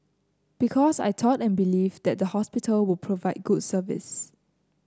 because I thought and believe that the hospital will provide good service